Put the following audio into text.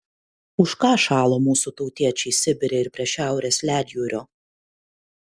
už ką šalo mūsų tautiečiai sibire ir prie šiaurės ledjūrio